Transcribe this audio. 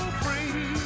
free